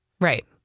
Right